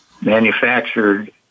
manufactured